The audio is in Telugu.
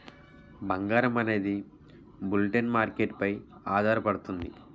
బంగారం అనేది బులిటెన్ మార్కెట్ పై ఆధారపడుతుంది